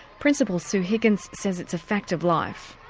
principal sue higgins says it's a fact of life.